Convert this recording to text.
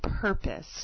purpose